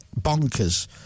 bonkers